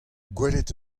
gwelet